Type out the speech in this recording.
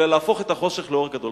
אלא להפוך את החושך לאור גדול.